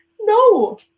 No